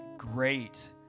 Great